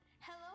Hello